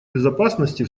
безопасности